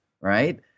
right